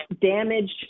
damaged